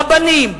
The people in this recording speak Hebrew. רבנים,